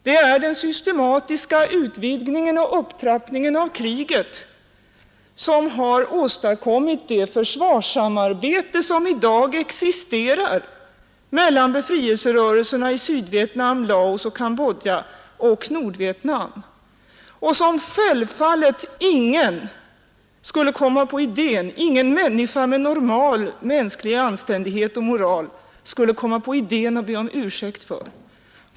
Det är den systematiska utvidgningen och upptrappningen av kriget som har åstadkommit det försvarssamarbete som i dag existerar mellan befrielserörelserna i Sydvietnam, Laos och Cambodja och Nordvietnam och som självfallet ingen skulle komma på idén — ingen människa med normal mänsklig anständighet och moral — att be om ursäkt för.